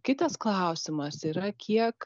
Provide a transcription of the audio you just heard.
kitas klausimas yra kiek